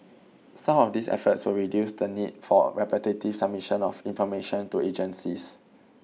some of these efforts will reduce the need for repetitive submission of information to agencies